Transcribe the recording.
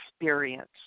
experience